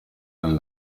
nel